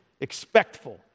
expectful